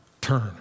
turn